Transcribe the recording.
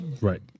right